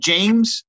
James